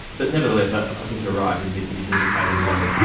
but nevertheless, i i think you're right, and he's he's indicating, well,